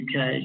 UK